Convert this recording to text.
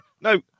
No